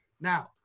Now